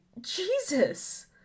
Jesus